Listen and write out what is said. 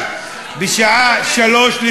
אבל בשעה 03:00,